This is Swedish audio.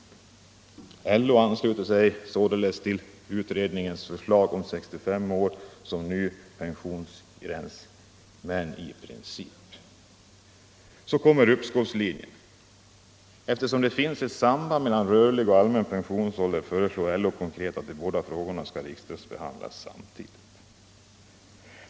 allmänna pensions LO ansluter sig således till utredningens förslag om 65 år som ny pen = åldern, m.m. sionsgräns men bara i princip. Så kommer uppskovslinjen. Eftersom det finns ett samband mellan rörlig och allmän pensionsålder föreslår LO konkret att de båda frågorna skall riksdagsbehandlas samtidigt.